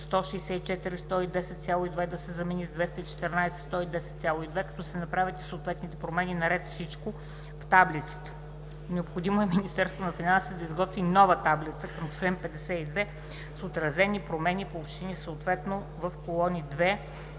„164 110,2“ да се замени с „214 110,2“, като се направят и съответните промени на ред „Всичко“ в таблицата. (Необходимо е МФ да изготви нова таблица към чл. 52 с отразени промени по общини, съответно в к. 2,